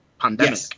pandemic